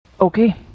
Okay